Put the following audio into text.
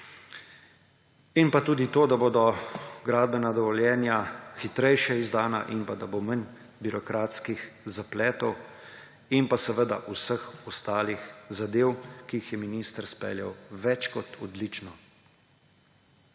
Pa tudi to, da bodo gradbena dovoljenja hitreje izdana in da bo manj birokratskih zapletov, pa seveda vseh ostalih zadev, ki jih je minister izpeljal več kot odlično.